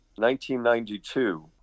1992